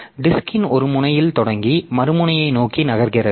டிஸ்க்ன் ஒரு முனையில் தொடங்கி மறு முனையை நோக்கி நகர்கிறது